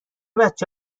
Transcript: بچه